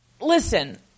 listen